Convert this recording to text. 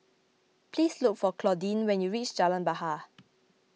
please look for Claudine when you reach Jalan Bahar